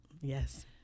Yes